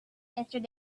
answered